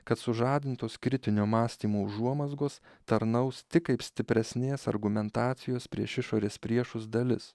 kad sužadintos kritinio mąstymo užuomazgos tarnaus tik kaip stipresnės argumentacijos prieš išorės priešus dalis